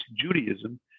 Judaism